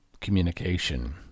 communication